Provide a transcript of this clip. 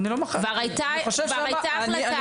כבר הייתה החלטה,